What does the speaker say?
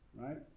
Right